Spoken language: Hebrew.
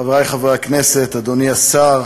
חברי חברי הכנסת, אדוני השר,